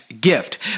gift